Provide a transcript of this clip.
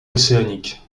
océanique